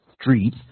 Street